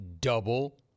double